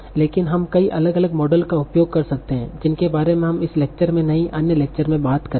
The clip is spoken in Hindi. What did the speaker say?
लेकिन हम कई अलग अलग मॉडल का उपयोग कर सकते हैं जिनके बारे में हम इस लेक्चर में नहीं अन्य लेक्चर में बात करेंगे